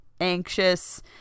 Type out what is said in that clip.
anxious